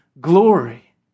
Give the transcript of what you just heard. glory